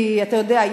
כי אתה יודע,